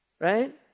Right